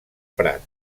prat